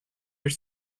your